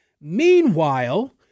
Meanwhile